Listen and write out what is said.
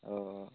अ